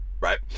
right